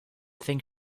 think